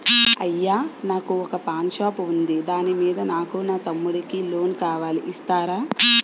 అయ్యా నాకు వొక చిన్న పాన్ షాప్ ఉంది దాని మీద నాకు మా తమ్ముడి కి లోన్ కావాలి ఇస్తారా?